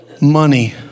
Money